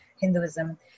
Hinduism